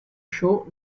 show